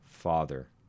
father